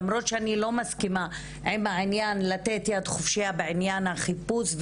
למרות שאני לא מסכימה עם העניין לתת יד חופשית בעניין החיפוש,